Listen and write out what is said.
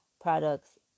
products